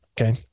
Okay